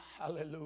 hallelujah